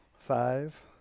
Five